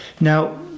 now